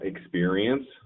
experience